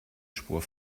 spur